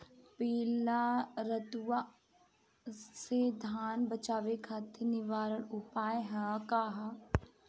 पीला रतुआ से धान बचावे खातिर निवारक उपाय का ह?